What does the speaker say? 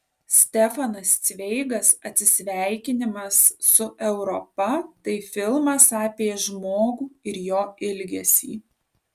stefanas cveigas atsisveikinimas su europa tai filmas apie žmogų ir jo ilgesį